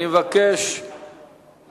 הוא